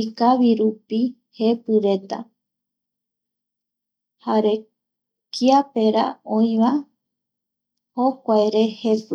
ikavirupi jepireta jare kiape ra oi va jokuare jepi